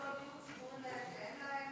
חינוך שלא לגזול, מאלה שאין להם.